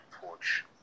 porch